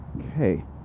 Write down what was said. okay